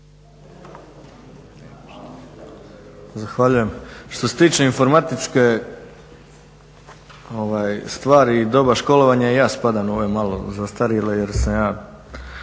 Zahvaljujem. Što se tiče informatičke stvari i doba školovanja i ja spadam u ove malo zastarjele jer sam ja